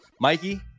Mikey